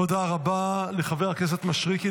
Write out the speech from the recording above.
תודה רבה לחבר הכנסת מישרקי.